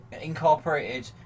Incorporated